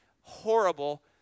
horrible